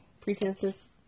Pretenses